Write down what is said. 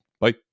Bye